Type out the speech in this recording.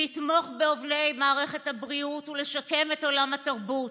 לתמוך בעובדי מערכת הבריאות ולשקם את עולם התרבות.